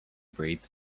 breathes